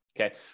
okay